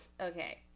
Okay